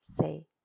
say